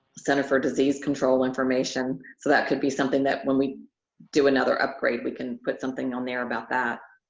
center for disease control information. so that could be something that when we do another upgrade, we can put something on there about that.